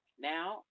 Now